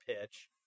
pitch